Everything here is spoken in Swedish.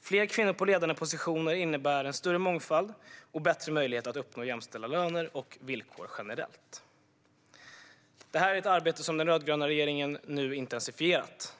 Fler kvinnor i ledande positioner innebär en större mångfald och bättre möjligheter att uppnå jämställda löner och villkor generellt. Detta är ett arbete som den rödgröna regeringen nu har intensifierat.